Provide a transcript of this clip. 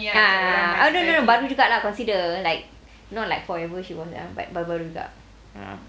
ah oh no no no baru juga ah consider like not like forever she was baru-baru juga ya